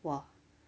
!wah!